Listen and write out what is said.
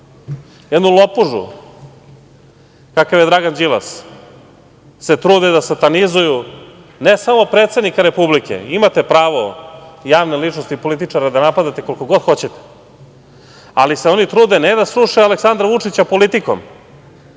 jednu lopužu kakav je Dragan Đilas, se trude da satanizuju ne samo predsednika Republike, imate pravo javne ličnosti i političare da napadate koliko god hoćete, ali se oni trude ne da sruše Aleksandra Vučića politikom,